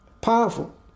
Powerful